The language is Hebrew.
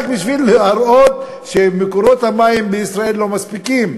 רק בשביל להראות שמקורות המים בישראל לא מספיקים,